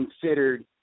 considered